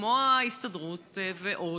כמו ההסתדרות ועוד,